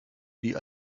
die